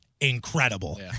incredible